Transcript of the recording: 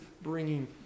bringing